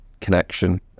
connection